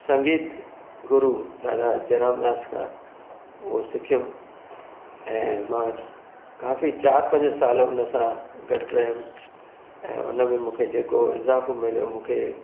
संगीत गुरु दादा जयराम दास खां उहो सिखियुमि ऐं मां काफ़ी चारि पंज साल हुनसां गॾु रहयुमि ऐं उन में मूंखे जेको इज़ाफो मिलियो मूंखे